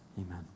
amen